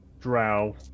Drow